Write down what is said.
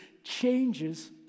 changes